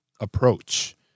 approach